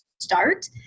start